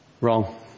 Wrong